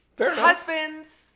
husbands